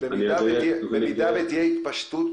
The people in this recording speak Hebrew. עליית מדרגה בהתפשטות